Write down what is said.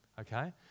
Okay